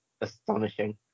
astonishing